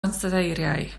ansoddeiriau